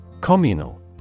Communal